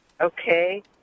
Okay